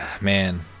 man